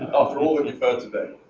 after all that you've heard today.